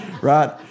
right